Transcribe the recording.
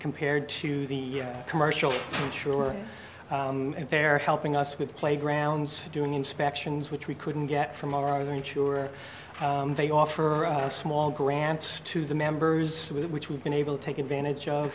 compared to the commercial sure and they're helping us with playgrounds doing inspections which we couldn't get from our the insurer they offer a small grants to the members to which we've been able to take advantage of